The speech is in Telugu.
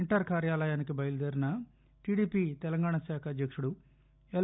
ఇంటర్ కార్యాలయానికి బయలుదేరిన టీడీపీ తెలంగాణ శాఖ అధ్యకుడు ఎల్